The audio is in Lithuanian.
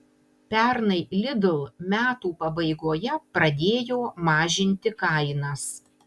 pernai lidl metų pabaigoje pradėjo mažinti kainas